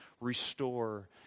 restore